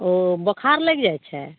ओ बोखार लागि जाइ छै